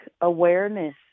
awareness